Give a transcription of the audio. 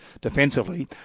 defensively